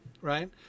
right